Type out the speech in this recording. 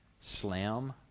Slam